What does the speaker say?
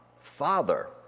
Father